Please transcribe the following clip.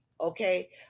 okay